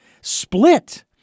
split